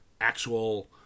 actual